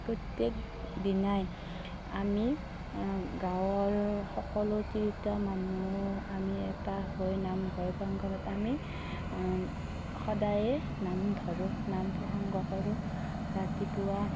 প্ৰত্যেক দিনাই আমি গাঁৱৰ সকলো তিৰোতা মানুহ আমি এটা হৈ নামঘৰৰ প্ৰাংগণত আমি সদায়ে নাম ধৰোঁ নাম প্ৰসংগ কৰোঁ ৰাতিপুৱা